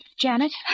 Janet